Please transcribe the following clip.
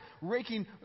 raking